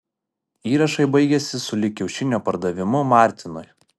įrašai baigiasi sulig kiaušinio pardavimu martinui